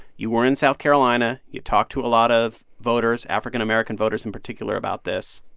you were in south carolina. you talked to a lot of voters, african american voters in particular, about this.